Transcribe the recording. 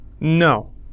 No